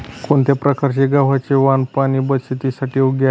कोणत्या प्रकारचे गव्हाचे वाण पाणी बचतीसाठी योग्य आहे?